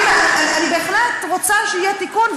אני בהחלט רוצה שיהיה תיקון,